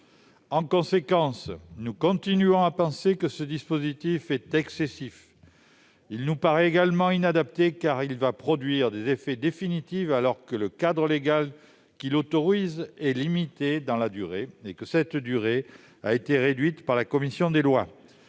En conséquence, nous continuons de penser que le dispositif est excessif. Il nous paraît également inadapté, car il va produire des effets définitifs, alors que le cadre légal qui l'autorise est limité dans le temps, sa durée ayant même été réduite par la commission des lois.